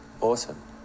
Awesome